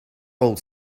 old